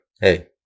hey